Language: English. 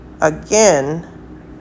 again